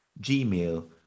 Gmail